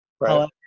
right